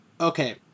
Okay